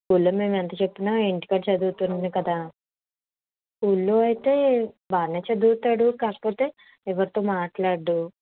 స్కూల్లో మేము ఎంత చెప్పినా ఇంటికాడ చదివితేనే కదా స్కూల్లో అయితే బాగానే చదువుతాడు కాకపోతే ఎవరితోని మాట్లాడడు